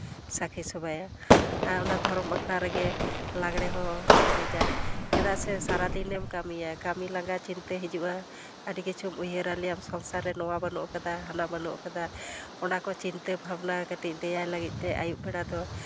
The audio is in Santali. ᱥᱟᱹᱠᱷᱤ ᱥᱚᱵᱷᱟᱭᱟ ᱟᱨ ᱚᱱᱟ ᱫᱷᱚᱨᱚᱢ ᱟᱠᱷᱲᱟ ᱨᱮᱜᱮ ᱞᱟᱸᱜᱽᱲᱮ ᱦᱚᱸᱞᱮ ᱮᱱᱮᱡᱟ ᱪᱮᱫᱟᱜ ᱥᱮ ᱥᱟᱨᱟᱫᱤᱱᱮᱢ ᱠᱟᱹᱢᱤᱭᱟᱹ ᱠᱟᱹᱢᱤ ᱞᱟᱸᱝᱜᱟ ᱪᱤᱱᱛᱟᱹ ᱦᱤᱡᱩᱜᱼᱟ ᱟᱹᱰᱤ ᱠᱤᱪᱷᱩᱢ ᱩᱭᱦᱟᱹᱨᱟ ᱞᱟᱹᱭᱟᱢ ᱥᱚᱝᱥᱟᱨ ᱨᱮ ᱱᱚᱣᱟ ᱵᱟᱹᱱᱩᱜ ᱠᱟᱫᱟ ᱦᱟᱱᱟ ᱵᱟᱹᱱᱩᱜ ᱠᱟᱫᱟ ᱚᱱᱟ ᱠᱚ ᱪᱤᱱᱛᱟᱹ ᱵᱷᱟᱵᱽᱱᱟ ᱠᱟᱹᱴᱤᱡ ᱫᱮᱭᱟᱭ ᱞᱟᱹᱜᱤᱫ ᱛᱮ ᱟᱹᱭᱩᱵ ᱵᱮᱲᱟ ᱫᱚ